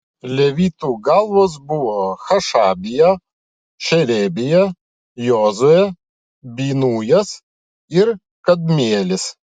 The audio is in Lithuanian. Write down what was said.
levitų galvos buvo hašabija šerebija jozuė binujas ir kadmielis